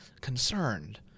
concerned